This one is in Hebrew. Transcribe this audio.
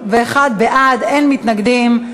51 בעד, אין מתנגדים.